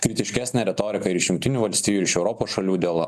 kritiškesnę retoriką ir iš jungtinių valstijų ir iš europos šalių dėl